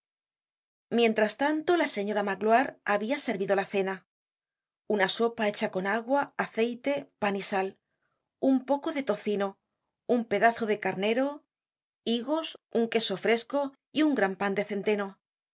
mientras tanto la señora magloire habia servido la cena una sopa hecha con agua aceite pan y sal un poco de tocino un pedazo de carnero higos un queso fresco y un gran pan de centeno